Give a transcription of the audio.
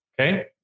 okay